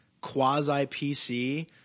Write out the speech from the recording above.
quasi-PC